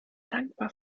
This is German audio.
dankbar